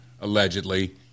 allegedly